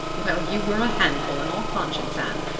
well, you were a handful, in all conscience, anne.